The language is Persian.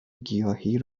گیاهی